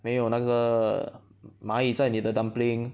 没有那个蚂蚁在你的 dumpling